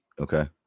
Okay